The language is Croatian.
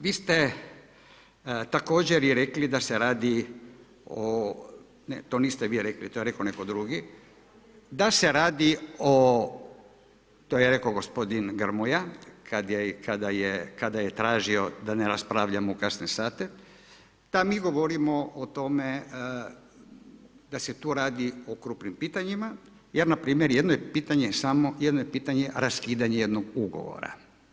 Vi ste također rekli da se radi o, to niste vi rekli to je rekao netko drugi, da se radi o to je rekao gospodin Grmoja kada je tražio da ne raspravljamo u kasne sate da mi govorimo o tome da se tu radi o krupnim pitanjima jer npr. jedno je pitanje raskidanje jednog ugovora.